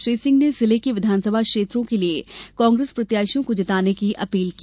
श्री सिंह ने जिले की विधानसभा क्षेत्रों के लिए कांग्रेस प्रत्याशियों को जिताने की अपील की